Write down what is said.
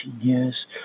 years